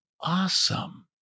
awesome